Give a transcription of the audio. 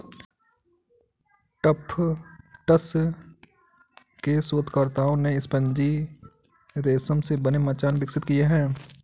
Tufts के शोधकर्ताओं ने स्पंजी रेशम से बने मचान विकसित किए हैं